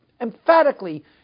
emphatically